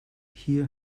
hier